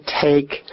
take